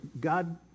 God